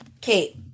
Kate